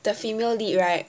the female lead right